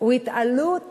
שהוא התעלות